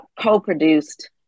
co-produced